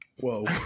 Whoa